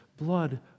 blood